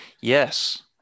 Yes